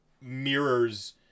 mirrors